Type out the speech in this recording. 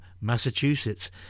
Massachusetts